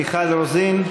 מיכל רוזין,